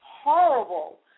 horrible